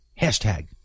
Hashtag